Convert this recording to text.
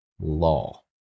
law